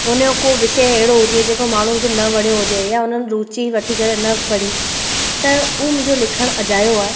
उन जो को विषय अहिड़ो हुजे जेको माण्हुनि खे न वणियो हुजे या उन्हनि रुचि वठी करे न पढ़ी त उ मुंहिंजो लिखणु अजायो आहे